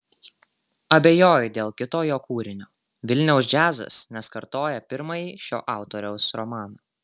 abejoju dėl kito jo kūrinio vilniaus džiazas nes kartoja pirmąjį šio autoriaus romaną